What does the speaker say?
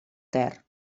ter